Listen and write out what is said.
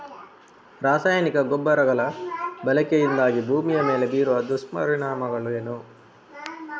ರಾಸಾಯನಿಕ ಗೊಬ್ಬರಗಳ ಬಳಕೆಯಿಂದಾಗಿ ಭೂಮಿಯ ಮೇಲೆ ಬೀರುವ ದುಷ್ಪರಿಣಾಮಗಳೇನು?